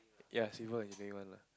ya simple as day one lah